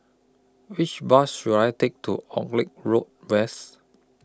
Which Bus should I Take to Auckland Road West